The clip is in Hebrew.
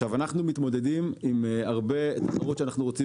אנחנו מתמודדים עם הרבה תחרות שאנחנו רוצים